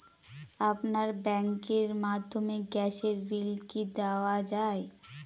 আপনার ব্যাংকের মাধ্যমে গ্যাসের বিল কি দেওয়া য়ায়?